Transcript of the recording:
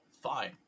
Fine